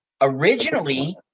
originally